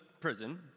prison